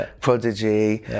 Prodigy